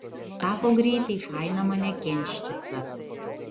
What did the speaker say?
tapo greitai faina manekenščica